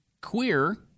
Queer